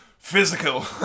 physical